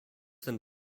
then